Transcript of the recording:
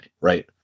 right